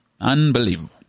Unbelievable